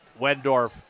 Wendorf